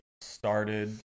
started